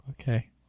Okay